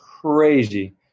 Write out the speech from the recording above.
crazy